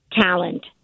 talent